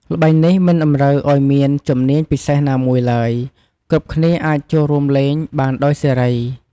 ល្បែងនេះមិនតម្រូវឱ្យមានជំនាញពិសេសណាមួយឡើយ គ្រប់គ្នាអាចចូលរួមលេងបានដោយសេរី។